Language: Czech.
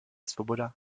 svoboda